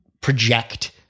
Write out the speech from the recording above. project